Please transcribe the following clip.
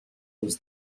was